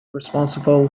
responsible